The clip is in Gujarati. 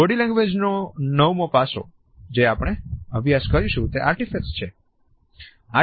બોડી લેંગ્વેજ નો નવમો પાસાનો જે આપણે અભ્યાસ કરીશું તે આર્ટિફેક્ટ્સ વિશે છે